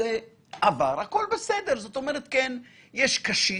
זה עבר, הכל בסדר, זאת אומרת, יש קשית,